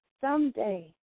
Someday